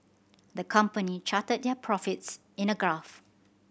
the company charted their profits in a graph